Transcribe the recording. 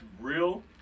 real